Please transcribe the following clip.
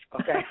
okay